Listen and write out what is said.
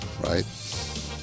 right